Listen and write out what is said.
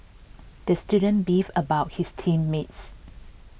the student beefed about his team mates